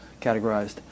categorized